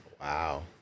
Wow